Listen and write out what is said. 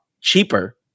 cheaper